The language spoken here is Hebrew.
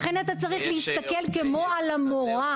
לכן אתה צריך להסתכל כמו על המורה.